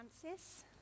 Francis